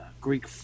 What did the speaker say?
Greek